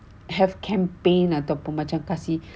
have campaign ataupun macam kasih